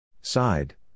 side